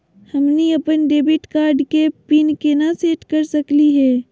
हमनी अपन debit card के पीन केना सेट कर सकली हे?